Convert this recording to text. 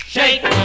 Shake